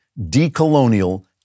decolonial